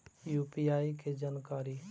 UPI के जानकारी?